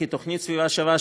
כי תוכנית "סביבה שווה",